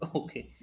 okay